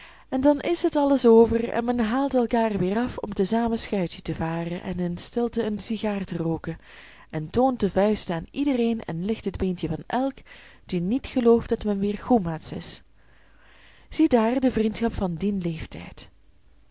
en dan is het alles over en men haalt elkaar weer af om te zamen schuitje te varen en in stilte een sigaar te rooken en toont de vuisten aan iedereen en licht het beentje van elk die niet gelooft dat men weer goemaats is ziedaar de vriendschap van dien leeftijd